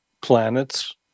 planets